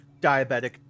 diabetic